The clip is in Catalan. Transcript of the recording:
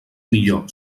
millor